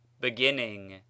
Beginning